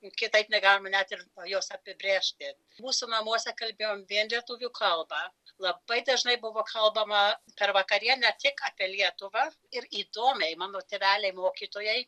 juk kitaip negalime net ir juos apibrėžti mūsų namuose kalbėjome vien lietuvių kalba labai dažnai buvo kalbama per vakarienę tik apie lietuvą ir įdomiai mano tėveliai mokytojai